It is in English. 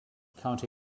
county